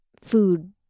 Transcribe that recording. food